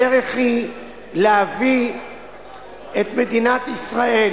הדרך היא להביא את מדינת ישראל,